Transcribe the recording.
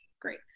great